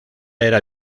era